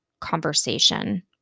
conversation